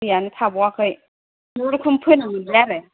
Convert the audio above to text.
दैआनो थाबावाखै खुनुरुखुम फोनो मोनबाय आरो